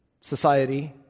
society